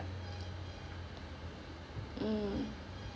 mm